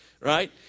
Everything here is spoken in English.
Right